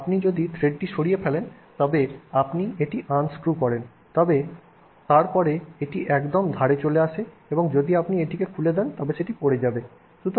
আপনি যদি থ্রেডটি সরিয়ে ফেলেন তবে আপনি এটি আনস্ক্রু করেন এবং তারপরে এটি একদম ধারে চলে আসে যদি আপনি এটিকে খুলে দেন তবে সেটি পড়ে যাবে